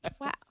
Wow